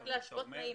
רק להשוות תנאים.